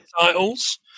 Titles